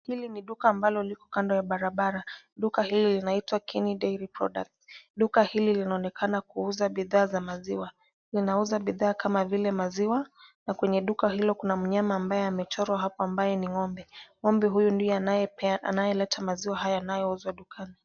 Hili ni duka ambalo liko kando ya barabara. Duka hili linaitwa Kenny Dairy products. Duka hili linaonekana kuuza bidhaa za maziwa. Linauza bidhaa kama vile maziwa na kwenye duka hilo kuna mnyama ambaye ameachorwa hapo ambaye ni ng'ombe. Ng'ombe huyu ndiye anayeleta maziwa haya yanayouzwa dukani .